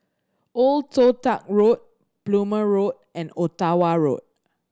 Old Toh Tuck Road Plumer Road and Ottawa Road